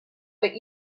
what